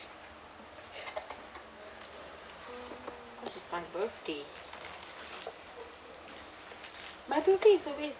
because it's my birthday my birthday is always